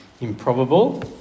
improbable